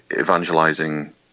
evangelizing